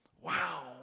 Wow